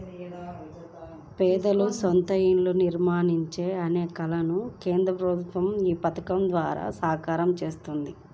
పేదల సొంత ఇంటి నిర్మాణం అనే కలను కేంద్ర ప్రభుత్వం ఈ పథకం ద్వారా సాకారం చేస్తున్నది